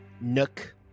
nook